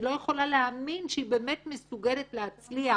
לא יכולה להאמין שהיא באמת מסוגלת להצליח,